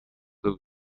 flu